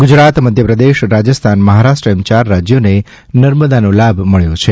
ગુજરાત મધ્યપ્રદેશ રાજસ્થાન મહારાષ્ટ્ર એમ યાર રાજ્યોને નર્મદાનો લાભ મબ્યો છે